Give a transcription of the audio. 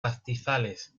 pastizales